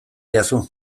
didazu